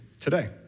today